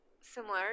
similar